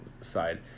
side